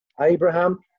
Abraham